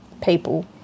people